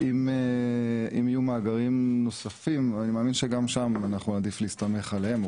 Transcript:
אם יהיו מאגרים נוספים אני מאמין שגם שם אנחנו נעדיף להסתמך עליהם.